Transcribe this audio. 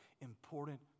important